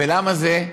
ולמה זה?